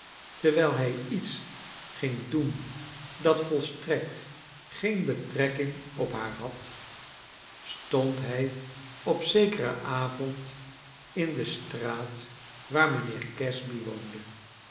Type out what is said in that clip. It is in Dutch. terwijl hij iets ging doen dat volstrekt geen betrekkmg op haar had stond hij op zekeren avond in de straat waar mijnheer casby woonde